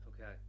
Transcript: Okay